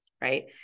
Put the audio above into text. Right